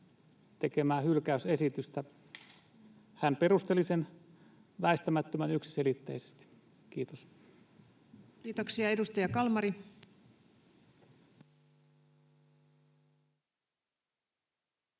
tekemää hylkäysesitystä. Hän perusteli sen väistämättömän yksiselitteisesti. — Kiitos. [Speech 157]